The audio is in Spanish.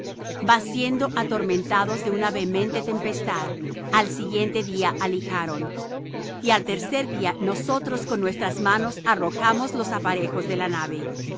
mas siendo atormentados de una vehemente tempestad al siguiente día alijaron y al tercer día nosotros con nuestras manos arrojamos los aparejos de la nave